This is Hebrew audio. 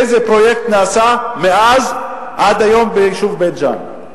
איזה פרויקט נעשה מאז עד היום ביישוב בית-ג'ן?